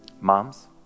Moms